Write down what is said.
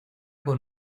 con